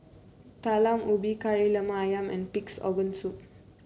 Talam Ubi Kari Lemak ayam and Pig's Organ Soup